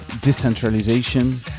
Decentralization